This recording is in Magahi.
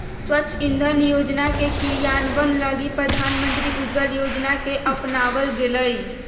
स्वच्छ इंधन योजना के क्रियान्वयन लगी प्रधानमंत्री उज्ज्वला योजना के अपनावल गैलय